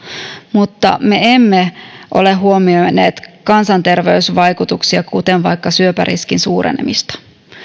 mutta me emme ole huomioineet kansanterveysvaikutuksia kuten vaikka syöpäriskin suurenemista